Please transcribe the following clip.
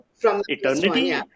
eternity